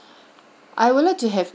I would like to have